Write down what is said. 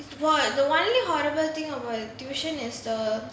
it what the only horrible thing about tuition is the